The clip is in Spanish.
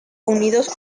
unidos